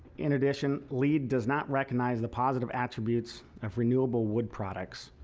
and addition leed does not recognize the positive attributes of renewable wood products.